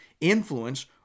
influence